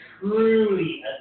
truly